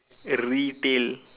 retail